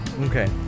Okay